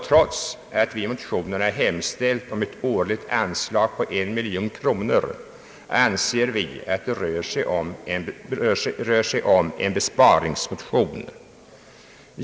Trots att vi hemställt om ett årligt anslag på en miljon kronor anser vi att det rör sig om en besparingsmotion.